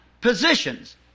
positions